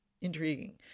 intriguing